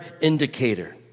indicator